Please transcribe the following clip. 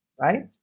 right